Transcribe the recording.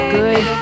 good